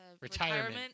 retirement